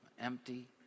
empty